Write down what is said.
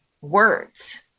words